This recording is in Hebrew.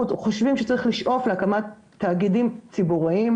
אנחנו חושבים שצריכים לשאוף להקמת תאגידים ציבוריים,